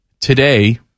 Today